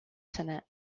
senate